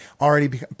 already